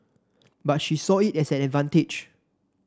but she saw it as an advantage